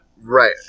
right